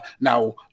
Now